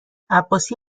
عباسی